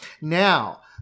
Now